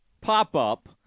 pop-up